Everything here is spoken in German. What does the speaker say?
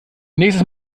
nächstes